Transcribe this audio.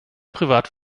privat